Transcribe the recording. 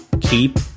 keep